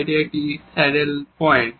এটি একটি saddle point